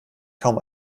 kaum